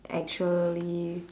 actually